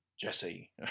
Jesse